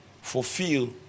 fulfill